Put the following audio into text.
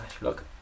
Look